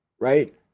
Right